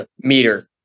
meter